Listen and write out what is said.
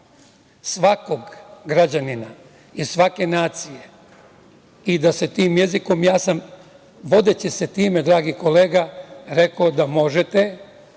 svakog građanina i svake nacije i da se tim jezikom, ja sam vodeći se time dragi kolega, rekao da možete